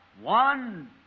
one